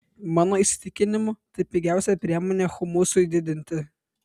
mano įsitikinimu tai pigiausia priemonė humusui didinti